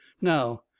now